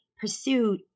pursue